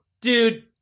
dude